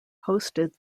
hosted